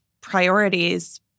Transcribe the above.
priorities